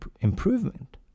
improvement